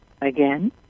Again